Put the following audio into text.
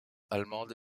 allemande